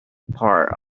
part